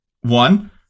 one